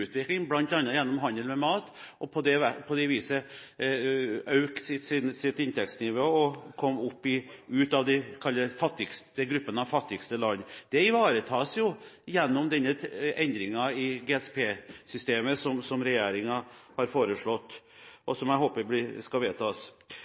utvikling, bl.a. gjennom handel med mat, og øker sitt inntektsnivå og kommer ut av gruppen av fattigste land. Det ivaretas gjennom denne endringen i GSP-systemet som regjeringen har foreslått,